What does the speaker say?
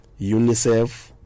unicef